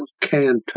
Canton